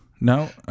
No